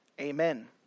Amen